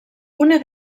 una